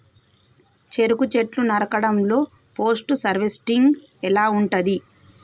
చెరుకు చెట్లు నరకడం లో పోస్ట్ హార్వెస్టింగ్ ఎలా ఉంటది?